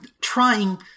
trying